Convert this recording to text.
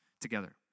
together